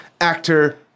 actor